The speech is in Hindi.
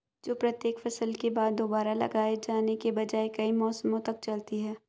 जो प्रत्येक फसल के बाद दोबारा लगाए जाने के बजाय कई मौसमों तक चलती है